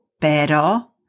pero